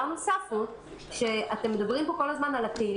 זה שאנשים עוברים על מה